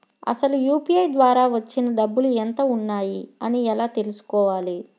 అసలు యూ.పీ.ఐ ద్వార వచ్చిన డబ్బులు ఎంత వున్నాయి అని ఎలా తెలుసుకోవాలి?